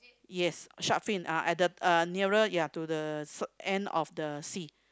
yes shark fin uh at the uh nearer ya to the end of the sea